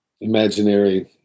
imaginary